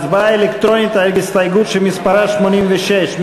הצבעה אלקטרונית על הסתייגות מס' 86,